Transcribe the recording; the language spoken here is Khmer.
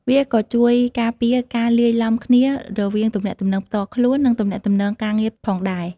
វាក៏ជួយការពារការលាយឡំគ្នារវាងទំនាក់ទំនងផ្ទាល់ខ្លួន និងទំនាក់ទំនងការងារផងដែរ។